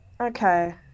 Okay